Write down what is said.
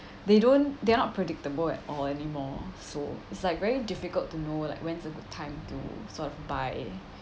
they don't they're not predictable at all anymore so it's like very difficult to know like when's a good time to sort of buy